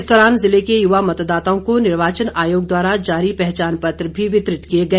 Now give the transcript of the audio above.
इस दौरान जिले के युवा मतदाताओं को निर्वाचन आयोग द्वारा जारी पहचान पत्र भी वितरित किए गए